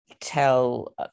tell